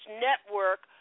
network